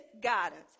guidance